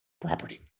property